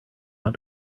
want